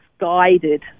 guided